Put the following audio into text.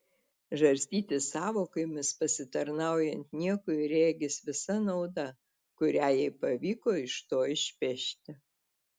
žarstytis sąvokomis pasitarnaujant niekui regis visa nauda kurią jai pavyko iš to išpešti